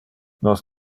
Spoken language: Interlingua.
nos